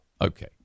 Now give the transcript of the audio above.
okay